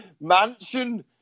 mansion